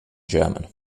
german